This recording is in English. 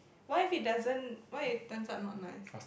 what if it doesn't what if it turns out not nice